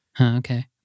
Okay